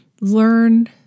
learn